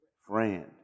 friend